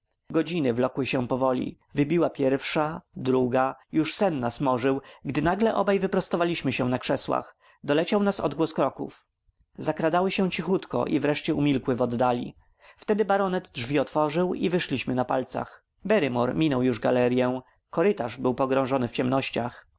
dalej godziny wlokły się powoli wybiła pierwsza druga już nas sen morzył gdy nagle obaj wyprostowaliśmy się na krzesłach doleciał nas odgłos kroków zakradały się cichutko i wreszcie umilkły w oddali wtedy baronet drzwi otworzył i wyszliśmy na palcach barrymore minął już galeryę korytarz był pogrążony w ciemnościach